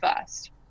first